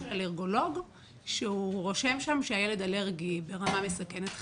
--- אישור של אלרגולוג שהוא רושם שם שהילד אלרגי ברמה מסכנת חיים.